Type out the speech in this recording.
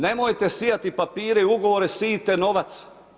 Nemojte sijati papire i ugovore, sijte novac.